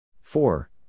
Four